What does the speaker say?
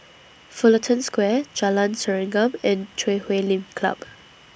Fullerton Square Jalan Serengam and Chui Huay Lim Club